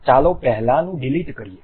ચાલો પહેલાનું ડિલીટ કરીએ